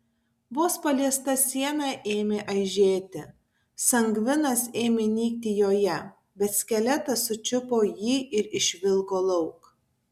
vos paliesta siena ėmė aižėti sangvinas ėmė nykti joje bet skeletas sučiupo jį ir išvilko lauk